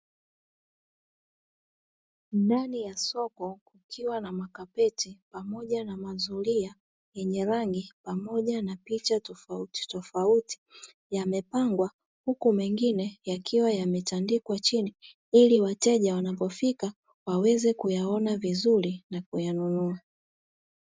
Ndani ya soko kukiwa na makapeti pamoja na mazulia yenye rangi pamoja na picha tofautitofauti, yamepangwa huku mengine yakiwa yametandikwa chini, ili wateja wanapofika waweze kuyaona vizuri na kuyanunua.